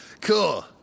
Cool